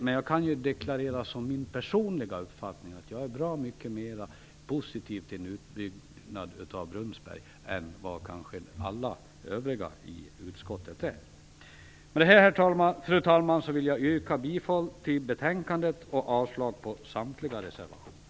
Men jag kan deklarera som min personliga uppfattning att jag är bra mycket mer positiv till en utbyggnad av Brunnsberg än kanske alla övriga i utskottet är. Med detta, fru talman, vill jag yrka bifall till hemställan i betänkandet och avslag på samtliga reservationer.